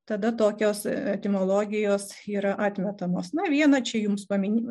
tada tokios etimologijos yra atmetamos na vieną čia jums paminiu